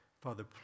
Father